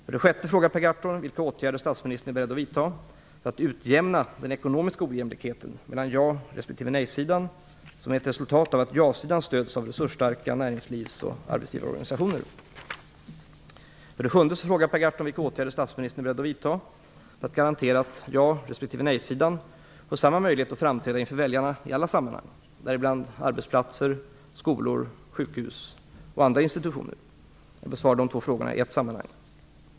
För det sjätte frågar Per Gahrton vilka åtgärder statsministern är beredd att vidta för att utjämna den ekonomiska ojämlikheten mellan ja resp. nej-sidan som är ett resultat av att ja-sidan stöds av resursstarka näringslivs och arbetsgivarorganisationer. För det sjunde frågar Per Gahrton vilka åtgärder statsministern är beredd att vidta för att garantera att ja resp. nej-sidan får samma möjlighet att framträda inför väljarna i alla sammanhang, däribland arbetsplatser, skolor, sjukhus och andra institutioner. Jag besvarar dessa två frågor i ett sammanhang.